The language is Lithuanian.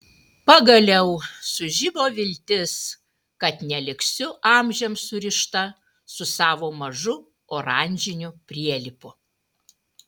pagaliau sužibo viltis kad neliksiu amžiams surišta su savo mažu oranžiniu prielipu